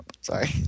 Sorry